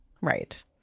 Right